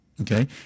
Okay